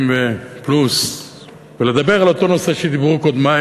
פלוס ולדבר על אותו נושא שדיברו קודמי,